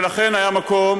ולכן, היה מקום